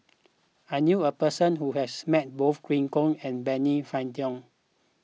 I knew a person who has met both Glen Goei and Benny Se Teo